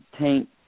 tank